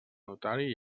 notari